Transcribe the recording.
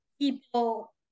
People